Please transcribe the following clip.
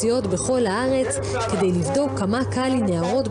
שאנחנו גם עליה צריכים וחייבים לקחת אחריות,